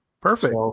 Perfect